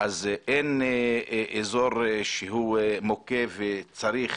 אין אזור שהוא מוקד ומצריך